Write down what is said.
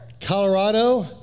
Colorado